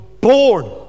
born